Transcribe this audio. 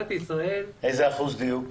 איזה אחוז דיוק?